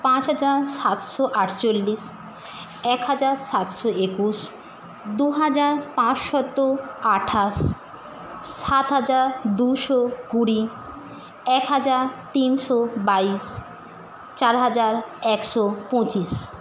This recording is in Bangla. পাঁচ হাজার সাতশো আটচল্লিশ এক হাজার সাতশো একুশ দুহাজার পাঁচশত আঠাশ সাত হাজার দুশো কুড়ি এক হাজার তিনশো বাইশ চার হাজার একশো পঁচিশ